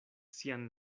sian